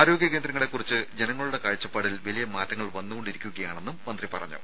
ആരോഗ്യ കേന്ദ്രങ്ങളെക്കുറിച്ച് ജനങ്ങളുടെ കാഴ്ചപ്പാടിൽ വലിയ മാറ്റങ്ങൾ വന്നുകൊണ്ടിരിക്കുകയാണെന്നും മന്ത്രി പറഞ്ഞു